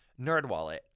NerdWallet